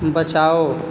बचाओ